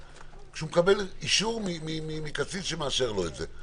כשהוא מקבל אישור מקצין שמאשר לו את זה,